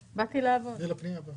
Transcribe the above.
ואני לא טוען שהיא נכונה בעיני כולם,